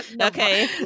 Okay